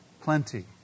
plenty